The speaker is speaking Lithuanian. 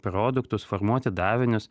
produktus formuoti davinius